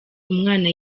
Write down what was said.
umwana